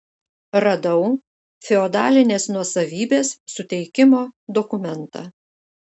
radau feodalinės nuosavybės suteikimo dokumentą